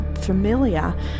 familiar